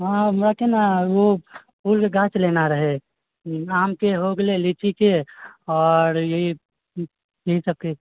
हँ हमराके नहि ओ फूलके गाछ लेना रहै आमके हो गेलै लीचीके आओर ई एहि सबके